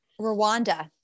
Rwanda